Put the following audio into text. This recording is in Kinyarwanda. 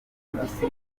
umurava